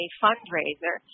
fundraiser